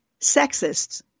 sexists